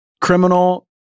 criminal